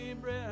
breath